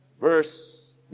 verse